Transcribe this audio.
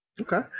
Okay